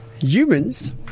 Humans